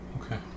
Okay